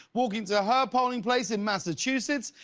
walking to her polling place in massachusetts.